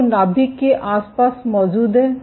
जो नाभिक के आसपास मौजूद हैं